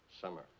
Summer